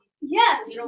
Yes